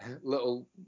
little